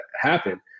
happen